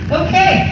okay